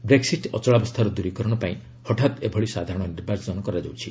Brexit ଅଚଳାବସ୍ଥାର ଦୂରୀକରଣ ପାଇଁ ହଠାତ୍ ଏଭଳି ସାଧାରଣ ନିର୍ବାଚନ କରାଯାଉଛି